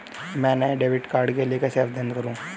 मैं नए debit card के लिए कैसे आवेदन करूं?